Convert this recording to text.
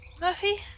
Murphy